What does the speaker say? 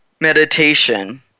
meditation